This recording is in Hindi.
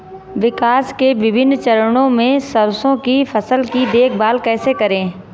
विकास के विभिन्न चरणों में सरसों की फसल की देखभाल कैसे करें?